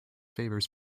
favors